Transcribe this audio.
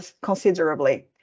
considerably